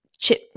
chip